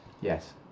Yes